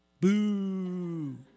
Boo